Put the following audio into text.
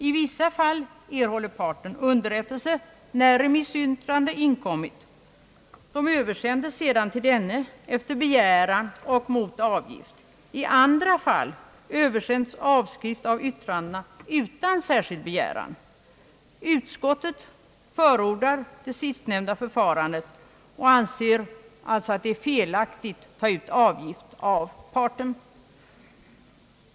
I vissa fall erhåller parten underrättelse, när remissyttranden har inkommit. De översänds sedan till denne efter begäran och mot avgift. I andra fall översänds avskrift av yttrandena utan särskild begäran. Utskottet förordar det sistnämnda förfarandet och anser alltså att det är felaktigt att ta ut avgift av part.